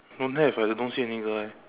don't have I don't see any girl eh